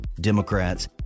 Democrats